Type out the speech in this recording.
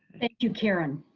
thank you, karen,